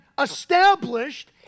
established